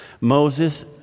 Moses